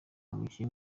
umukinnyi